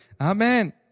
Amen